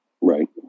Right